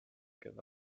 give